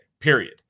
period